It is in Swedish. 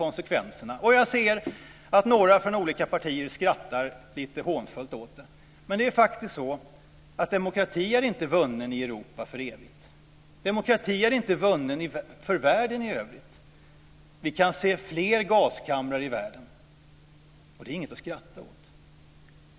Jag ser att några från olika partier skrattar lite hånfullt åt detta. Det är faktiskt så att demokrati inte är vunnen i Europa för evigt. Demokrati är inte vunnen för världen i övrigt. Vi kan se flera gaskammare i världen. Det är ingenting att skratta åt.